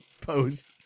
post